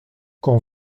quand